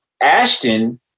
Ashton